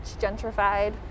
gentrified